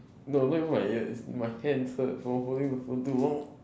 no not even my ears my hands hurt from holding the phone too long